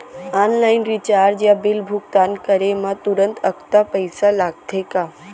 Online recharge या bill भुगतान करे मा तुरंत अक्तहा पइसा लागथे का?